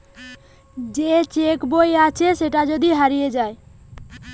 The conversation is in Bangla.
যে চেক বই আছে সেটা যদি হারিয়ে যায়